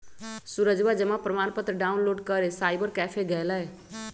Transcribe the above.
सूरजवा जमा प्रमाण पत्र डाउनलोड करे साइबर कैफे गैलय